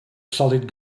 solid